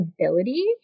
ability